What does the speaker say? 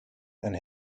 and